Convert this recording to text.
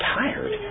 tired